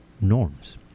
norms